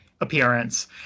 appearance